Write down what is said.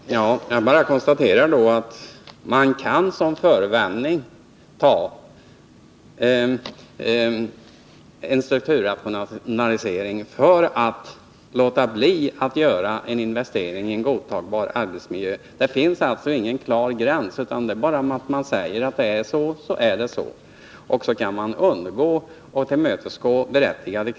Herr talman! Jag vill då bara konstatera att man kan ta en strukturrationalisering som förevändning för att låta bli att göra en investering i en godtagbar arbetsmiljö. Det finns ingen klar gräns — om företaget säger att det är så, då är det så, och därmed kan man undgå berättigade krav på arbetsmiljön.